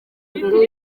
mbere